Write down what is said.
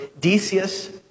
Decius